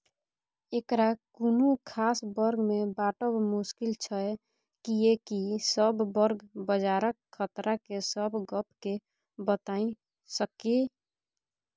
एकरा कुनु खास वर्ग में बाँटब मुश्किल छै कियेकी सब वर्ग बजारक खतरा के सब गप के बताई सकेए